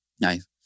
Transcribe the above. Nice